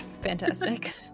Fantastic